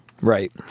Right